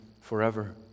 forever